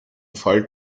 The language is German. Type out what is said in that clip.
fall